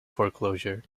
foreclosure